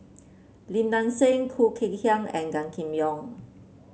Lim Nang Seng Khoo Kay Hian and Gan Kim Yong